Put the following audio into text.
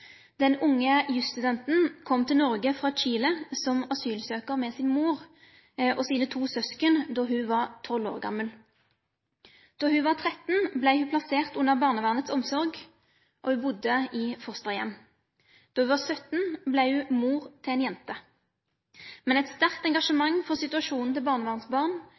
Den unge jusstudenten kom til Norge fra Chile som asylsøker med sin mor og sine to søsken da hun var 12 år gammel. Da hun var 13, ble hun plassert under barnevernets omsorg, og hun bodde i fosterhjem. Da hun var 17, ble hun mor til ei jente. Men et sterkt engasjement for situasjonen til barnevernsbarn